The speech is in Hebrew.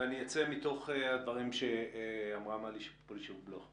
ואני אצא מתוך הדברים שאמרה מלי פולישוק-בלוך.